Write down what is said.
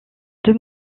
deux